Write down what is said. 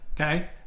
okay